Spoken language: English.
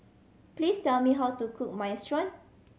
please tell me how to cook Minestrone